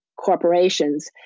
corporations